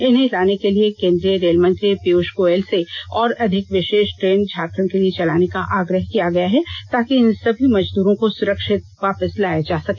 इन्हें लाने के लिए केंद्रीय रेल मंत्री पीयूष गोयल से और अधिक विशेष ट्रेन झारखंड के लिए चलाने का आग्रह किया गया है ताकि इन सभी मजदूरो को सूरक्षित वापस लाया जा सके